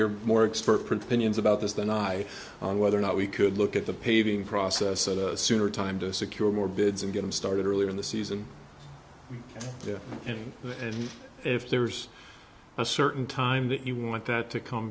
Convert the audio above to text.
hear more expert print pinions about this than i on whether or not we could look at the paving process sooner time to secure more bids and get them started earlier in the season and the end if there's a certain time that you want that to come